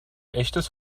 echtes